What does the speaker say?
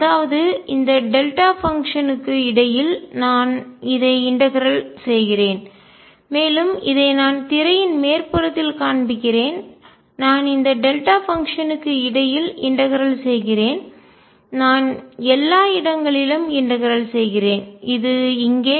அதாவது இந்த delta function க்கு இடையில் நான் இதை இன்டகரல் ஒருங்கிணைக்கிறேன் செய்கிறேன் மேலும் இதை நான் திரையின் மேற்புறத்தில் காண்பிக்கிறேன் நான் இந்த டெல்டா பங்ஷன் க்கு இடையில் இன்டகரல் ஒருங்கிணைக்கிறேன் செய்கிறேன் நான் எல்லா இடங்களிலும் இன்டகரல் ஒருங்கிணைக்கிறேன் செய்கிறேன் இது இங்கே